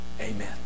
Amen